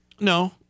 No